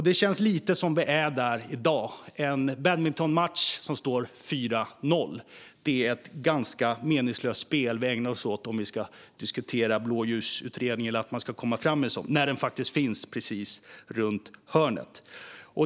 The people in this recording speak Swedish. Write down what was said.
Det känns lite som att vi är där i dag - en badmintonmatch där det står 4-0. Det är ett ganska meningslöst spel vi ägnar oss åt om vi ska diskutera Blåljusutredningen eller att man ska komma fram med en sådan, när den faktiskt finns precis runt hörnet.